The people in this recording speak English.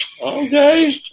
Okay